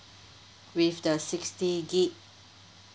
with the sixty gig